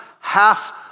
half